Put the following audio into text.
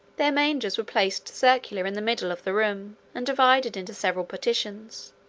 their mangers were placed circular in the middle of the room, and divided into several partitions,